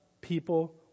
people